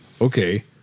okay